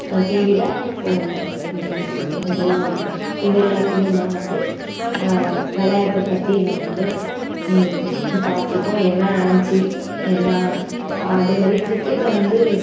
டிவியில் ஃபோனில் இந்த விஷயோந்தான் இதெலாம் வந்து இது எல்லாத்துலயும் தான் வந்து விளையாட்ட பற்றி நம்ம வந்து பார்த்துருக்கோம் என்ன நடந்துச்சு என்ன அதேமாதிரி கிரிக்கெட்டில் வந்து